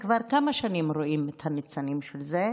וכבר כמה שנים רואים את הניצנים של זה,